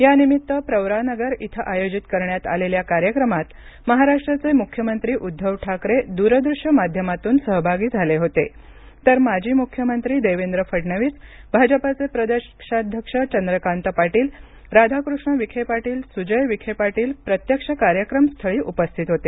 यानिमित्त प्रवरानगर इथं आयोजित करण्यात आलेल्या कार्यक्रमात महाराष्ट्राचे मुख्यमंत्री उद्धव ठाकरे दूरदृष्य माध्यमातून सहभाग झाले होते तर माजी मुख्यमंत्री देवेंद्र फडणवीस भाजपाचे प्रदेशाध्यक्ष चंद्रकांत पाटील राधाकृष्ण विखे पाटील सुजय विखे पाटील प्रत्यक्ष कार्यक्रमस्थळी उपस्थित होते